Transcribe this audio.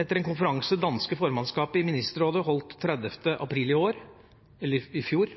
etter en konferanse det danske formannskapet i Ministerrådet holdt den 30. april i